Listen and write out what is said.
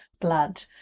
blood